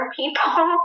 people